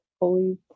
Holy